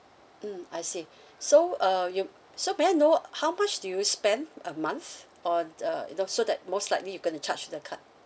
mm I see so uh you so may I know how much do you spend a month or the you know so that most likely you going to charge the card